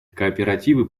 кооперативы